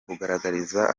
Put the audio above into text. kugaragariza